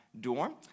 dorm